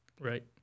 Right